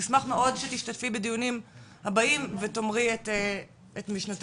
אנחנו נשמח מאוד שתשתתפי בדיונים הבאים ותאמרי את משנתך.